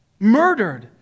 murdered